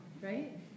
right